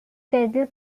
castle